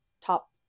top